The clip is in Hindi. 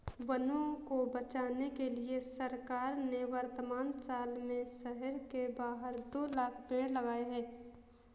वनों को बचाने के लिए सरकार ने वर्तमान साल में शहर के बाहर दो लाख़ पेड़ लगाए हैं